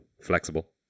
flexible